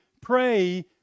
pray